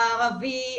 הערבי,